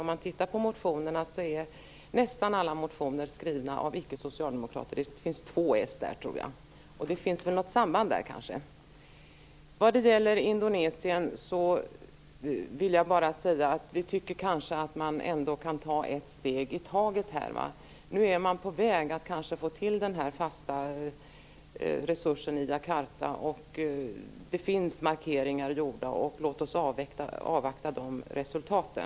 Nästan alla motioner är skrivna av ickesocialdemokrater. Det finns två från socialdemokrater, tror jag. Så det finns väl kanske något samband där. Vad gäller Indonesien vill jag bara säga att vi tycker att man ändå kan ett steg i taget. Nu är man på väg att kanske få en fast resurs i Jakarta. Det finns markeringar gjorda. Låt oss avvakta de resultaten.